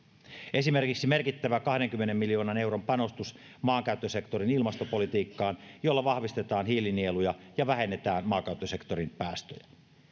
esimerkiksi tehdään merkittävä kahdenkymmenen miljoonan euron panostus maankäyttösektorin ilmastopolitiikkaan jolla vahvistetaan hiilinieluja ja vähennetään maakäyttösektorin päästöjä